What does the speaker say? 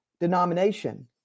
denomination